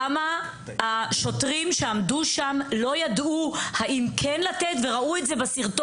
למה השוטרים שעמדו שם, לא ידעו האם כן לתת להיכנס?